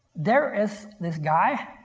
there is this guy,